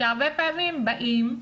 שהרבה פעמים באים,